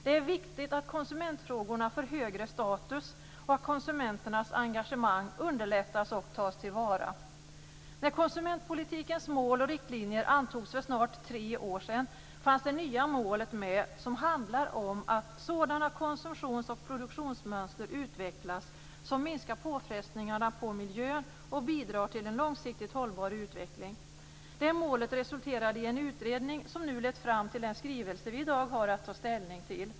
Det är viktigt att konsumentfrågorna får högre status och att konsumenternas engagemang underlättas och tas till vara. När konsumentpolitikens mål och riktlinjer antogs för snart tre år sedan fanns det nya målet med som handlar om att sådana konsumtions och produktionsmönster utvecklas som minskar påfrestningarna på miljön och bidrar till en långsiktigt hållbar utveckling. Det målet resulterade i en utredning som nu lett fram till den skrivelse vi i dag har att ta ställning till.